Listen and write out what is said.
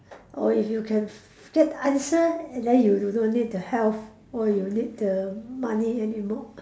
or if you can get the answer and then you you don't need the health or you need the money anymore